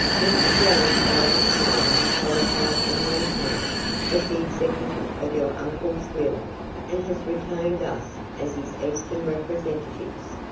mr. jones by this time has qualified in montana as the executor of your uncle's will and has retained us as his eastern representatives.